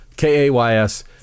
K-A-Y-S